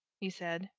he said,